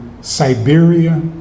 Siberia